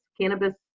cannabis